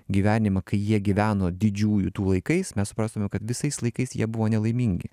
gyvenimą kai jie gyveno didžiųjų tų laikais mes suprastumėm kad visais laikais jie buvo nelaimingi